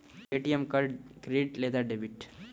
ATM card credit లేదా debit?